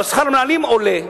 אבל שכר המנהלים עולה.